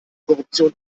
korruption